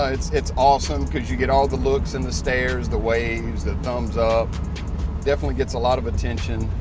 ah it's it's awesome because you get all the looks, and the stares, the waves, the thumbs up definitely gets a lot of attention.